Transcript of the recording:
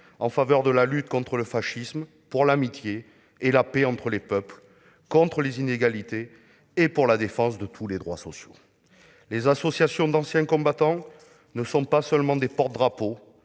en faveur de la lutte contre le fascisme, pour l'amitié et la paix entre les peuples, contre les inégalités et pour la défense de tous les droits sociaux. Les associations d'anciens combattants ne se contentent pas d'assurer